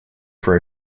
for